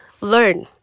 learn